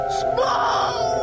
small